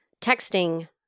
texting